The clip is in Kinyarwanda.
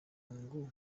ngo